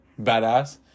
badass